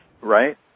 Right